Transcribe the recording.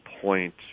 point